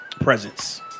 presence